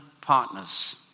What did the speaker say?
partners